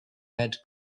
red